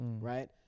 right